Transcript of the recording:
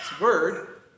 word